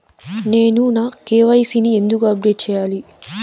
నేను నా కె.వై.సి ని ఎందుకు అప్డేట్ చెయ్యాలి?